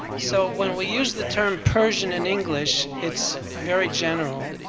so when we use the term persian and english, it's very general.